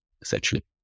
essentially